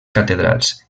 catedrals